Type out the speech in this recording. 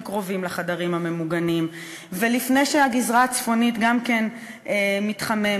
קרובים לחדרים הממוגנים ולפני שהגזרה הצפונית גם כן מתחממת.